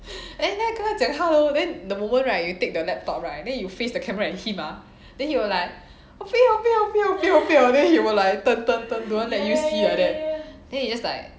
and then I 跟他讲 hello then the moment right you take the laptop right then you face the camera at him ah he will like 我不要我不要我不要我不要 then he will like turn turn turn don't want let you see like that then you just like